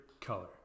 color